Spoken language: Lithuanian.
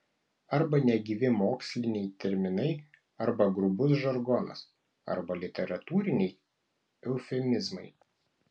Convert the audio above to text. arba negyvi moksliniai terminai arba grubus žargonas arba literatūriniai eufemizmai